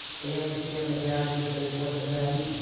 they understand the values, they reward the values,